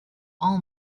all